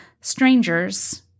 strangers